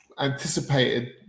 anticipated